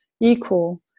equal